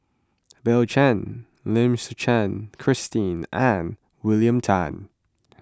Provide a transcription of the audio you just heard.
Bill Chen Lim Suchen Christine and William Tan